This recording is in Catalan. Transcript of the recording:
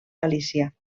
galícia